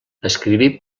escriví